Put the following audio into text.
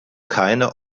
keine